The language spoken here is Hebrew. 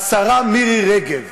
השרה מירי רגב.